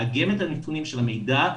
לאגם את הנתונים של המידע,